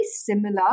similar